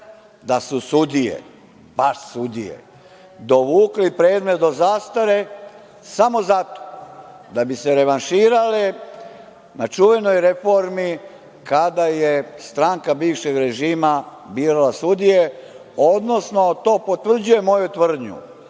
da su sudije, baš sudije, dovukli predmet do zastare samo zato da bi se revanširali na čuvenoj reformi kada je stranka bivšeg režima birala sudije, odnosno to potvrđuje moju tvrdnju